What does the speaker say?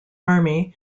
army